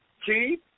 chief